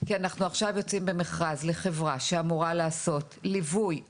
כי אנחנו עכשיו יוצאים במכרז לחברה שאמורה לעשות ליווי,